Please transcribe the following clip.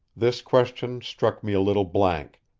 this question struck me a little blank.